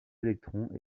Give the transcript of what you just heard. électrons